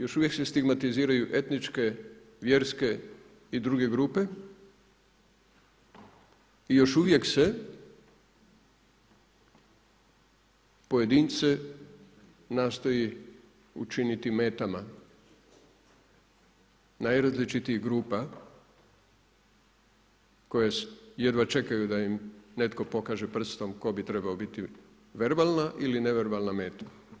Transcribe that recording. Još uvijek se stigmatiziraju etničke, vjerske i druge grupe i još uvijek se pojedince nastoji učiniti metama, najrazličitijih grupa, koje jedva čekaju da im netko pokaže prstom tko bi trebala biti verbalna ili neverbalna meta.